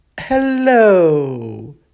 hello